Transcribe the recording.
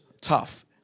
tough